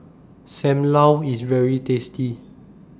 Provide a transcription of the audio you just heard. SAM Lau IS very tasty